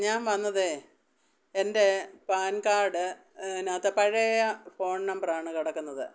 ആ ഞാൻ വന്നതേ എൻ്റെ പാൻ കാർഡിനകത്ത് പഴയ ഫോൺ നമ്പറാണ് കിടക്കുന്നത്